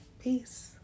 Peace